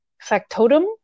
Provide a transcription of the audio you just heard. factotum